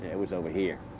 it was over here,